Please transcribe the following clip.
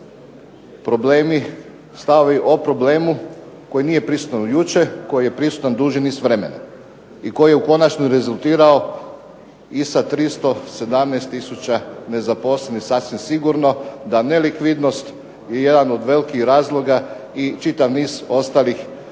problemi, stavovi o problemu koji nije prisutan od jučer, koji je prisutan duži niz vremena i koji je u konačnici rezultirao i sa 317000 nezaposlenih. Sasvim sigurno da nelikvidnost je jedan od velikih razloga i čitav niz ostalih